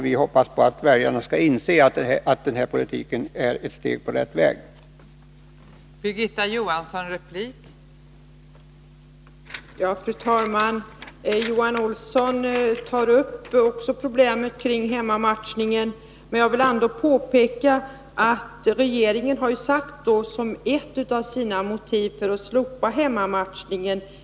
Vi hoppas att väljarna skall inse att denna politik är ett steg på rätt väg och att den i ökad omfattning är värd deras stöd.